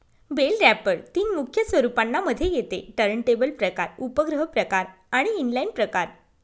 bell wrapper तीन मुख्य स्वरूपांना मध्ये येते टर्नटेबल प्रकार, उपग्रह प्रकार आणि इनलाईन प्रकार